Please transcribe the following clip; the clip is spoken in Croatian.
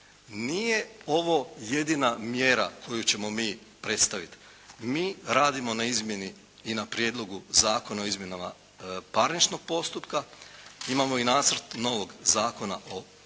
nije ovo jedina mjera koju ćemo mi predstaviti. Mi radimo na izmjeni i na prijedlogu Zakona o izmjenama parničnog postupka, mi imamo nacrt novog Zakona o kaznenom postupku